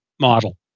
model